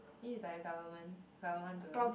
this is by the government but I want to